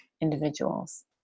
individuals